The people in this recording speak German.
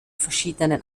verschiedenen